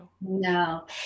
No